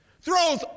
Throws